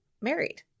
married